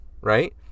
right